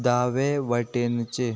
दावे वटेनचें